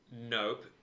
Nope